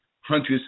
hundreds